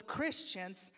Christians